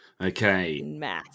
Okay